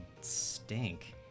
stink